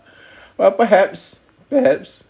uh perhaps perhaps